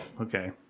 okay